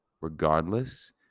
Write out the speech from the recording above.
Regardless